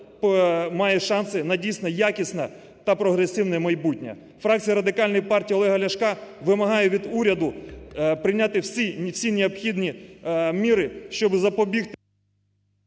має шанси на, дійсно, якісне та прогресивне майбутнє. Фракція Радикальної партії Олега Ляшка вимагає від уряду прийняти всі необхідні міри, щоб запобігти…